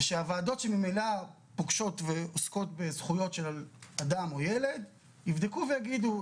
ושהוועדות שממילא פוגשות ועוסקות בזכויות של אדם או ילד - יבדקו ויגידו,